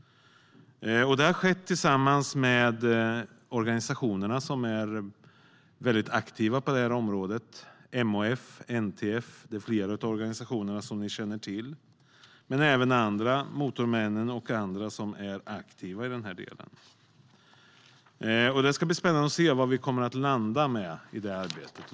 Det har skett tillsammans med de organisationer som är väldigt aktiva på det området. Det är MHF och NTF. Det är flera av organisationerna som ni känner till. Men det är även andra, Motormännen och andra, som är aktiva i den här delen. Det ska bli spännande att se var vi kommer att landa i det arbetet.